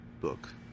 book